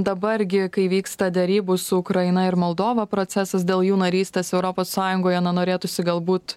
dabar gi kai vyksta derybos su ukraina ir moldova procesas dėl jų narystės europos sąjungoje na norėtųsi galbūt